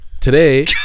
Today